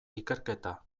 ikerketa